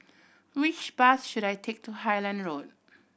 which bus should I take to Highland Road